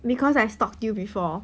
because I stalked you before